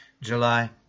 July